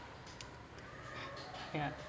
yeah